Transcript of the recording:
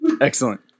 Excellent